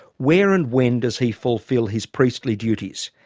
where and when does he fulfil his priestly duties,